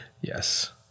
Yes